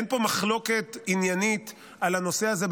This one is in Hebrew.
אין פה מחלוקת עניינית על הנושא הזה,